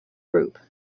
group